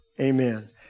Amen